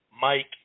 Mike